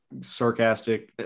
sarcastic